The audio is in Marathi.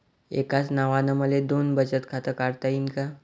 एकाच नावानं मले दोन बचत खातं काढता येईन का?